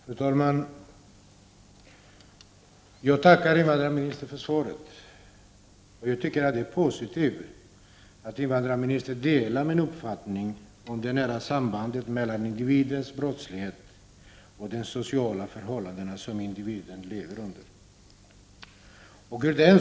Fru talman! Jag tackar invandrarministern för svaret. Jag tycker att det är positivt att invandrarministern delar min uppfattning om det nära sambandet mellan individers brottslighet och de sociala förhållanden som individerna lever under.